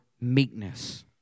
meekness